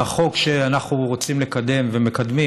החוק שאנחנו רוצים לקדם ומקדמים,